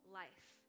life